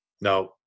now